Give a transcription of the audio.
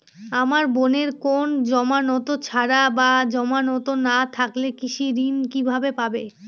আমার বোনের কোন জামানত ছাড়া বা জামানত না থাকলে কৃষি ঋণ কিভাবে পাবে?